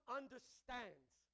understands